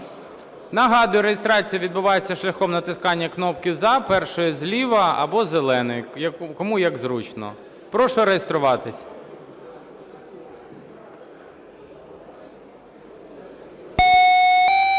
Нагадую, реєстрація відбувається шляхом натискання кнопки "за", першої зліва або зеленої, кому як зручно. Прошу зареєструватись. 10:04:38